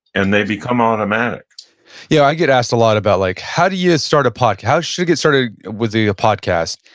and they become automatic yeah, i get asked a lot about like how do you start a podcast, how should, get started with a podcast?